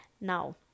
Now